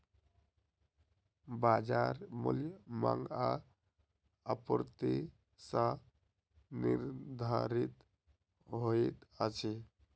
बजार मूल्य मांग आ आपूर्ति सॅ निर्धारित होइत अछि